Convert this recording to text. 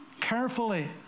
carefully